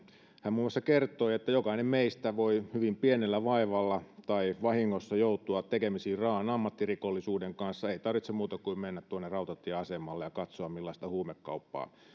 hän muun muassa kertoi että jokainen meistä voi hyvin pienellä vaivalla tai vahingossa joutua tekemiseen raaan ammattirikollisuuden kanssa ei tarvitse muuta kuin mennä tuonne rautatieasemalle ja katsoa millaista huumekauppaa